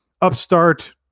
upstart